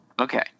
Okay